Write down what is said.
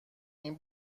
این